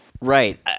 right